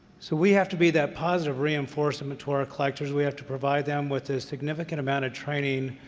so we have to be that positive reinforcement to our collectors. we have to provide them with a significant amount of training.